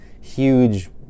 huge